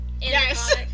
Yes